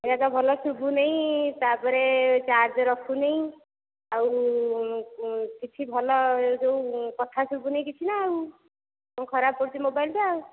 ଏ'ଟା ତ ଭଲ ଶୁଭୁ ନାହିଁ ତା'ପରେ ଚାର୍ଜ ରଖୁନାହିଁ ଆଉ କିଛି ଭଲ ଯେଉଁ କଥା ଶୁଭୁନାହିଁ କିଛି ନା ଆଉ କ'ଣ ଖରାପ ପଡ଼ିଛି ମୋବାଇଲଟା